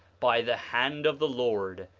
by the hand of the lord,